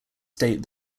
state